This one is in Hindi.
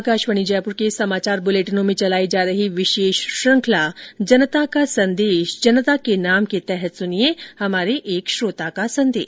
आकाशवाणी जयपुर के समाचार बुलेटिनों में चलाई जा रही विशेष श्रुखंला जनता का संदेश जनता के नाम के तहत सुनिये हमारी श्रोता का संदेश